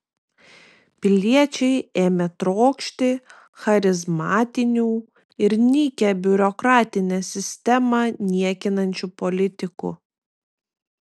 piliečiai ėmė trokšti charizmatinių ir nykią biurokratinę sistemą niekinančių politikų